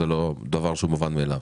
זה לא דבר שהוא מובן מאליו.